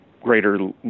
greater